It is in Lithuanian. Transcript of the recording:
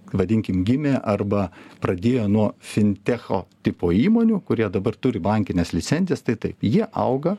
vadinkim gimė arba pradėjo nuo fintecho tipo įmonių kurie dabar turi bankines licencijas tai taip jie auga